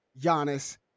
Giannis